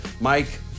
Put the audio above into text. Mike